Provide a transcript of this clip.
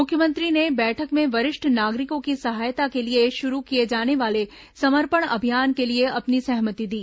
मुख्यमंत्री ने बैठक में वरिष्ठ नागरिकों की सहायता के लिए शुरू किए जाने वाले समर्पण अभियान के लिए अपनी सहमति दी